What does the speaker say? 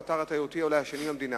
הוא האתר התיירותי אולי השני במדינה,